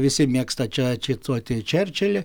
visi mėgsta čia čituoti čerčilį